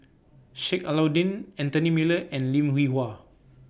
Sheik Alau'ddin Anthony Miller and Lim Hwee Hua